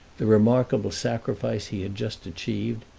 the remarkable sacrifice he had just achieved,